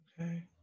Okay